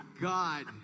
God